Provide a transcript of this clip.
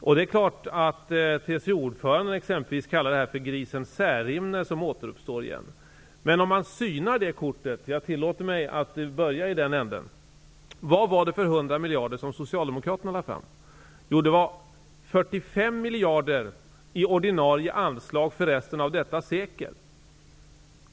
Exempelvis TCO-ordföranden sade att detta är grisen Särimner som återuppstår. För att få det här kortet synat -- jag tillåter mig att börja i den änden -- frågar jag: Vad var det för hundra miljarder som Socialdemokraterna lade fram? Jo, det var 45 miljarder i ordinarie anslag för resten av detta sekel.